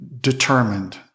determined